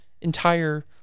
entire